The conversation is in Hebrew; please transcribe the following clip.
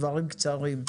דברים קצרים.